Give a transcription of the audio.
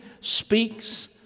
speaks